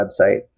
website